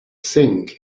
sink